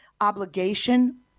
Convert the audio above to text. obligation